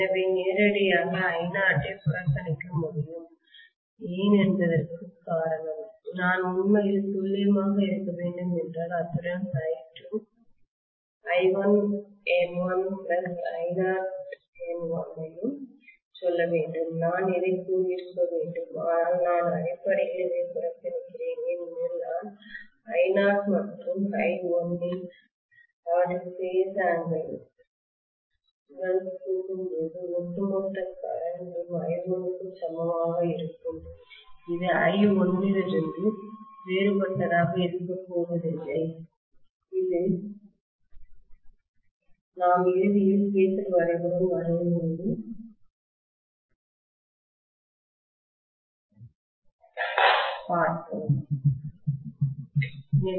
எனவே நேரடியாக I0 ஐ புறக்கணிக்க முடியும் ஏன் என்பதற்கு காரணம் நான் உண்மையில் துல்லியமாக இருக்க வேண்டும் என்றால் அத்துடன் I2 I1N1I0N1 யும் சொல்ல வேண்டும் நான் இதை கூறியிருக்க வேண்டும் ஆனால் நான் அடிப்படையில் இதை புறக்கணிக்கிறேன் ஏனெனில் நான் I0 மற்றும் I1 ஐ அவற்றின் ஃபேஸ் ஆங்கிள் கட்ட கோணங்கள் உடன் கூட்டும்போது ஒட்டுமொத்த கரெண்ட் ம் I1 க்கு சமமாக இருக்கும் இது I1 இலிருந்து வேறுபட்டதாக இருக்கப்போவதில்லை இது நாம் இறுதியில் பேஸர் வரைபடம் வரையும்போது பார்ப்போம்